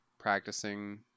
practicing